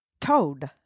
Toad